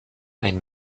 ein